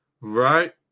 right